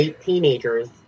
teenagers